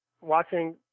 watching